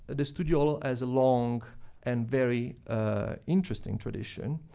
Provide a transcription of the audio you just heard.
and the studiolo has a long and very interesting tradition,